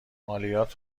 مالیات